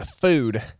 food